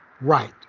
right